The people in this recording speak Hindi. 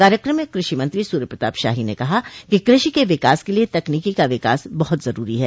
कार्यक्रम में कृषि मंत्री सूर्य प्रताप शाही ने कहा कि कृषि के विकास के लिए तकनीकी का विकास बहुत जरूरी है